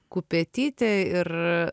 kupetytė ir